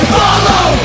follow